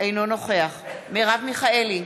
אינו נוכח מרב מיכאלי,